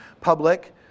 public